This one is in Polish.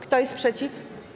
Kto jest przeciw?